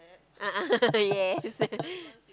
a'ah yes